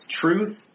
truth